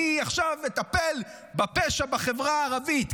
אני עכשיו מטפל בפשע בחברה הערבית,